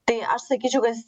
tai aš sakyčiau kad jis